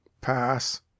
pass